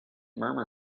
murmur